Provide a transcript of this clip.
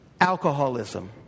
Alcoholism